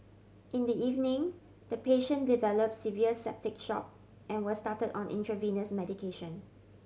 in the evening the patient develop severe septic shock and was started on intravenous medication